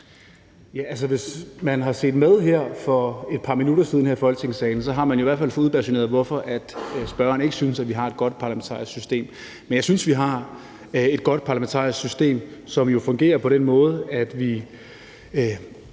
Hvis man har set med her for et par minutter siden her i Folketingssalen, har man i hvert fald fået udbasuneret, hvorfor spørgeren ikke synes, vi har et godt parlamentarisk system. Men jeg synes, vi har et godt parlamentarisk system, som jo fungerer på den måde